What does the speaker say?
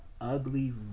ugly